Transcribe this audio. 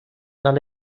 dan